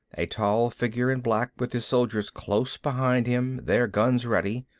a tall figure in black, with his soldiers close behind him, their guns ready.